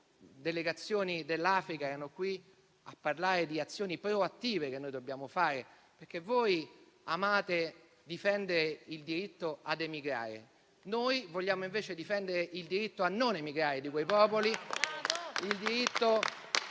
e delegazioni dell'Africa erano qui a parlare di azioni proattive che dobbiamo fare. Voi amate difendere il diritto ad emigrare, noi vogliamo invece difendere il diritto a non emigrare di quei popoli,